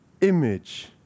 image